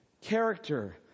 character